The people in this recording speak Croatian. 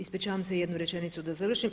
Ispričavam se, jednu rečenicu da završim.